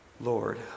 Lord